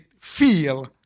feel